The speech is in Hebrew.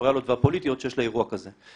הסקטוריאליות והפוליטיות שיש לאירוע כזה.